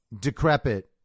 decrepit